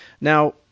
Now